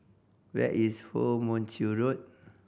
where is Woo Mon Chew Road